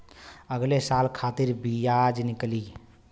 अगले साल खातिर बियाज निकली